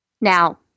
Now